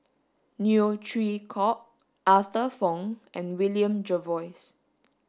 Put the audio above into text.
Neo Chwee Kok Arthur Fong and William Jervois